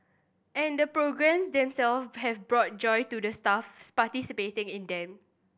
and the programmes themself have brought joy to the staff participating in them